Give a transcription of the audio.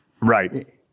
right